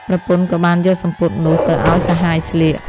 ប្រពន្ធក៏បានយកសំពត់នោះទៅឱ្យសហាយស្លៀក។